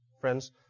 friends